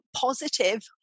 positive